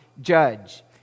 judge